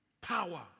Power